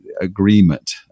agreement